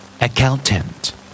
accountant